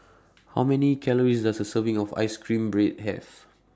How Many Calories Does A Serving of Ice Cream Bread Have